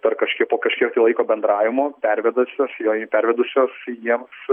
dar kažkiek po kažkiek tai laiko bendravimo pervedusios joj pervedusios jiems